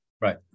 right